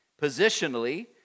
positionally